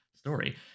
story